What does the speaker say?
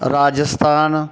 Rajasthan